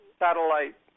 satellite